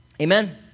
Amen